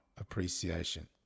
appreciation